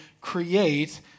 create